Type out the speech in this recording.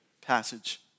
passage